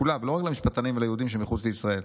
כולה ולא רק למשפטנים וליהודים שמחוץ לישראל.